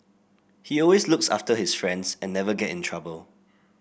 he always looks after his friends and never get in trouble